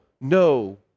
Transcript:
no